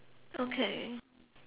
okay